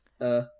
Uh-